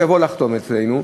שיבוא לחתום אצלנו.